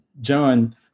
John